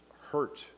hurt